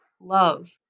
love